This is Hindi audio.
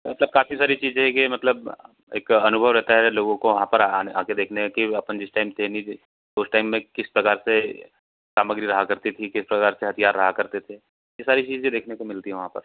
मतलब काफ़ी सारी चीज़ें है कि मतलब एक अनुभव रहता है लोगों को वहाँ पर आने आ कर देखने का कि अपन जिस टाइम पर नहीं थे उस टाइम में किस प्रकार से सामग्री रहा करती थी किस प्रकार से हथियार रहा करते थे ये सारी चीज़े देखने को मिलती हैं वहाँ पर